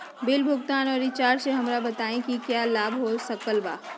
Bill भुगतान और recharge से हमरा बताओ कि क्या लाभ हो सकल बा?